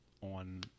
on